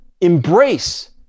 embrace